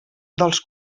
dels